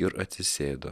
ir atsisėdo